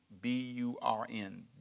B-U-R-N